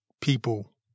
people